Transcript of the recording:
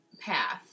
path